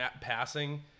passing